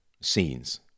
scenes